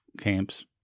camps